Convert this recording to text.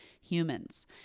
humans